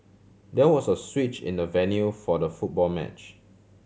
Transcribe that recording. there was a switch in the venue for the football match